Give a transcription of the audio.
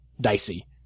dicey